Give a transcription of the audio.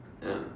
ya